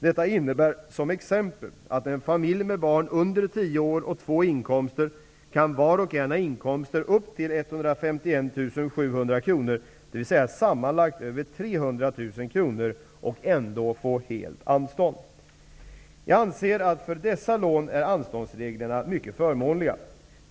Detta innebär, som exempel, att i en familj med barn under tio år och två inkomster kan var och en ha inkomster upp till 151 700 kr, dvs. sammanlagt över 300 000 kr och ändå få helt anstånd. Jag anser att för dessa lån är anståndsreglerna mycket förmånliga.